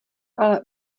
ale